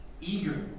Eager